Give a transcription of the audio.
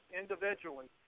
individually